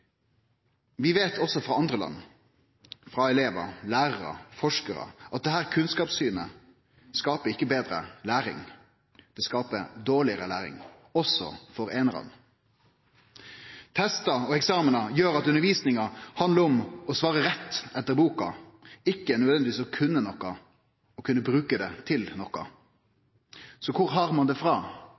Vi veit også frå andre land, frå elevar, lærarar og forskarar at dette kunnskapssynet ikkje skapar betre læring – det skapar dårlegare læring, også for einarane. Testar og eksamenar gjer at undervisninga handlar om å svare rett etter boka, ikkje nødvendigvis å kunne noko og kunne bruke det til noko. Så kor har ein det frå,